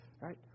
right